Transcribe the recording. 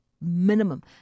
minimum